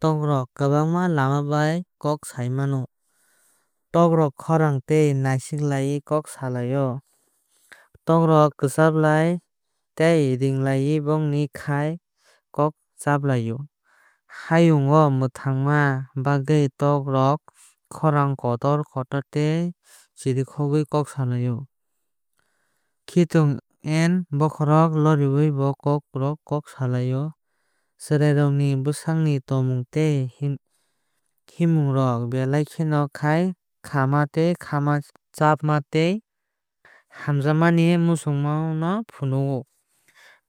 Tok rok kwbangma lama bai kok saaui mano. Tok rok khorang tei naisiklaaiui kok salaio. Tok rok rwchaplaaiui tei ringlaaiui bongni khá kok chaplaiui. Hayungno mwthangna bagwi tok rok khorang kotor kotor khe chiriklaai o. Khitung tei bokhrok lariui bot ok rok kok saalaai o. Chwrairokni bwsakni tongmung tei himmungrok belai kheno khá khamma khá chapma tei hamjakmani muchungmano phunuk o.